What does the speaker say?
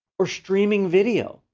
or streaming video,